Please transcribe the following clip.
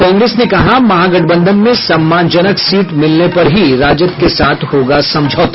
कांग्रेस ने कहा महागठबंधन में सम्मानजनक सीट मिलने पर ही राजद के साथ होगा समझौता